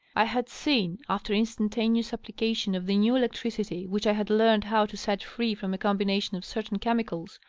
i had seen, after instantaneous application of the new electricity which i had learned how to set free from a combination of certain chemicals,